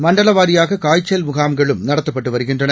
மண்டல வாரியாக காய்ச்சல் முகாம்களும் நடத்தப்பட்டு வருகின்றன